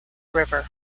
river